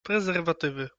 prezerwatywy